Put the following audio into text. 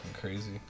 crazy